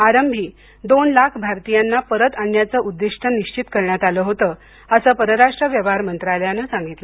आरंभी दोन लाख भारतीयांना परत आणण्याचं उद्दिष्ट निश्वित करण्यात आलं होतं असं परराष्ट्र व्यवहार मंत्रालयानं सांगितलं